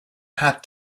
had